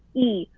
e,